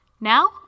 Now